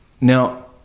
Now